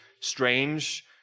strange